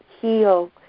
heal